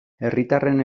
herritarren